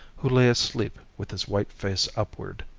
who lay asleep with his white face upward.